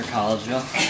Collegeville